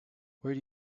where